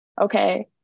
Okay